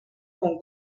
con